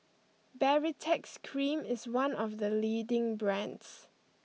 Baritex Cream is one of the leading brands